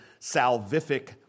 salvific